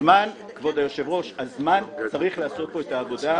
הזמן צריך לעשות פה את העבודה.